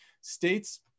States